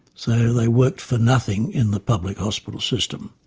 so they worked for nothing in the public hospital system.